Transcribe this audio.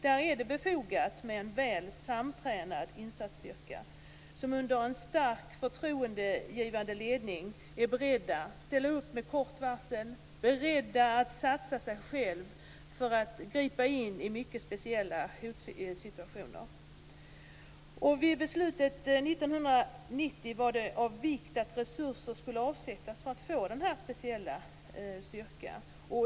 Därför är det befogat med en väl samtränad insatsstyrka, som under en stark och förtroendegivande ledning är beredd att ställa upp med kort varsel och satsa sig själv för att gripa in vid mycket speciella situationer. Vid beslutet 1990 var det av vikt att resurser skulle avsättas för att få den här speciella styrkan.